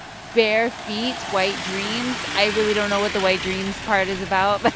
bare feet, white dreams. i really don't know what the white dreams part is about, but